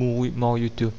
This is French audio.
mourut marioteau